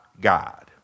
God